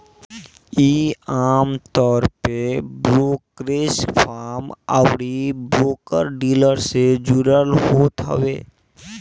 इ आमतौर पे ब्रोकरेज फर्म अउरी ब्रोकर डीलर से जुड़ल होत हवे